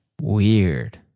weird